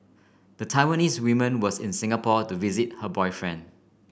the Taiwanese woman was in Singapore to visit her boyfriend